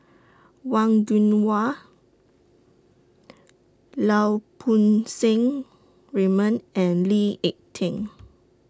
Wang Gungwu Lau Poo Seng Raymond and Lee Ek Tieng